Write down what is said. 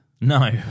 No